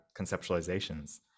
conceptualizations